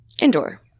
Indoor